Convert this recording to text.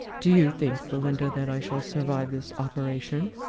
do you think, belinda, that i shall survive this operation?